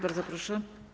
Bardzo proszę.